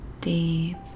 deep